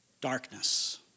Darkness